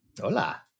Hola